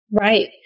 Right